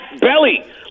belly